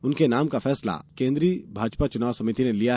उनके नाम का फैसला केन्द्रीय भाजपा चुनाव समिति ने लिया